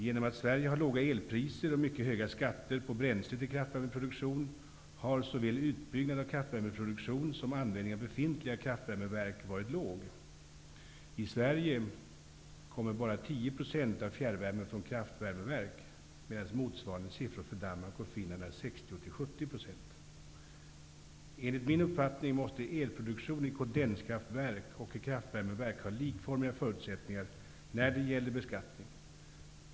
Genom att Sverige har låga elpriser och mycket höga skatter på bränsle till kraftvärmeproduktion, har såväl utbyggnad av kraftvärmeproduktion som användning av befintliga kraftvärmeverk varit låg. I Sverige kommer bara 10 % av fjärrvärmen från kraftvärmeverk, medan motsvarande siffror för Enligt min uppfattning måste elproduktion i kondenskraftverk och i kraftvärmeverk ha likformiga förutsättningar när det gäller beskattning.